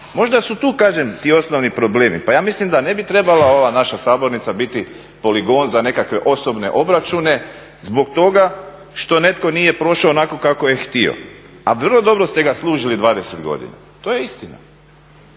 Možda su tu kažem ti osnovni problemi. Pa ja mislim da ne bi trebala ova naša sabornica biti poligon za nekakve osobne obračune zbog toga što netko nije prošao onako kako je htio, a vrlo dobro ste ga služili 20 godina. To je istina